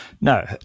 No